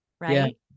Right